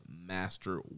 Master